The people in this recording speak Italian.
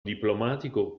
diplomatico